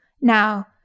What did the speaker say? now